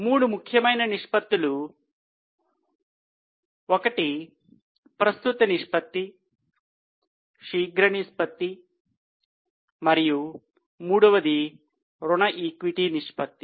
మూడు ముఖ్యమైన నిష్పత్తులు ఒకటి ప్రస్తుత నిష్పత్తి శీఘ్ర నిష్పత్తి మరియు మూడవది రుణ ఈక్విటీ నిష్పత్తి